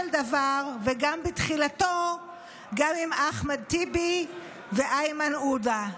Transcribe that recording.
דבר וגם בתחילתו גם עם אחמד טיבי ואיימן עודה.